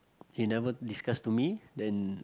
he never discuss to me then